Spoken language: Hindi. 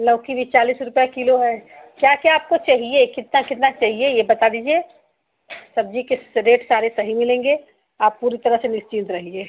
लौकी भी चालीस रुपया कीलो है क्या क्या आपको चाहिए कितना कितना चाहिए ये बता दीजिए सब्ज़ी के रेट सारे सही मिलेंगे आप पूरी तरह से निश्चिंत रहिए